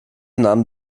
nahm